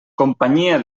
companyia